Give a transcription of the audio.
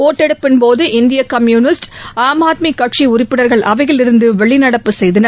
ஒட்டெடுப்பின்போது இந்திய கம்யூனிஸ்ட் ஆம் ஆத்மி கட்சி உறுப்பினர்கள் அவையிலிருந்து வெளிநடப்பு செய்தனர்